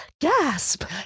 gasp